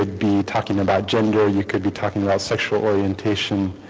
ah be talking about gender you could be talking about sexual orientation